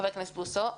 חבר הכנסת בוסו.